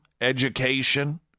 education